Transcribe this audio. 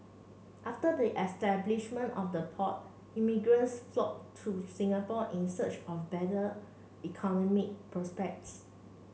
after the establishment of the port immigrants flock to Singapore in search of better economic prospects